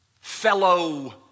fellow